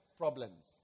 problems